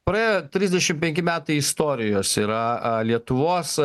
praėjo trisdešimt penki metai istorijos yra a lietuvos